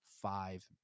five